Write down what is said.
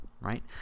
right